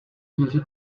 dveře